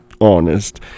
honest